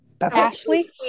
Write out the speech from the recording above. Ashley